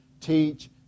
teach